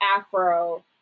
afro